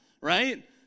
right